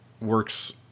works